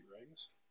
rings